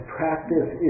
practice